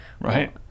Right